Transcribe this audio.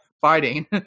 fighting